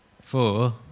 four